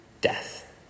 death